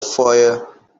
foyer